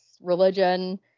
religion